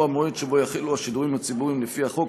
שהוא המועד שבו יחלו השידורים הציבוריים לפי החוק,